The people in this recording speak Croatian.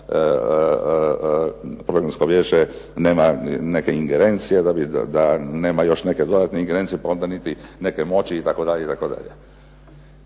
programsko vijeće nema neke ingerencije, da nema još neke dodatne ingerencije pa onda niti neke moći itd. Ja